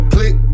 Click